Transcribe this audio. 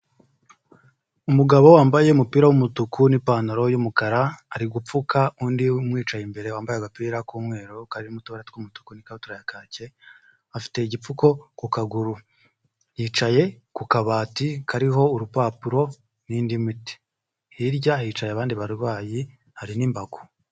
Umugabo wambaye umupira w'umutuku n'pantaro y'umukara ari gupfuka undi umwicaye imbere wambaye agapira k'umweru karimo utubara tw'umutuku n'ikabutura ya kake, afite igipfuko ku kaguru yicaye ku kabati kariho urupapuro n'indi miti. Hirya hicaye abandi barwayi hari n'imbago.